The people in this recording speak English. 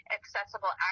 accessible